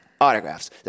Autographs